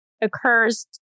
occurs